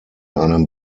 einem